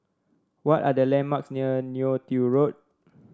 what are the landmarks near Neo Tiew Road